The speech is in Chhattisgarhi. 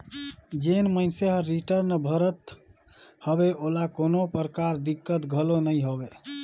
जेन मइनसे हर रिटर्न भरत हवे ओला कोनो परकार दिक्कत घलो नइ होवे